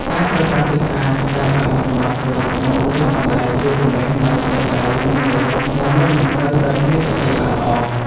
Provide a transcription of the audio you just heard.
ការប្រើប្រាស់ទឹកស្អាតដែលបានចម្រោះរួចមកលាងបន្លែជួយជម្រះនូវជាតិដីនិងមេរោគដែលមើលមិនឃើញដោយភ្នែកទទេបានល្អ។